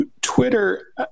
Twitter